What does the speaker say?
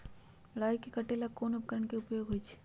राई के काटे ला कोंन उपकरण के उपयोग होइ छई?